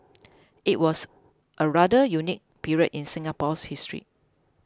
it was a rather unique period in Singapore's history